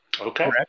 Okay